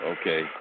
Okay